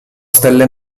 stelle